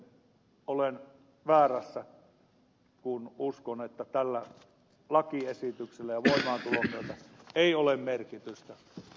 toivottavasti olen väärässä kun uskon että tällä lakiesityksellä sen voimaantulon myötä ei ole merkitystä